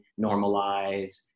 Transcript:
normalize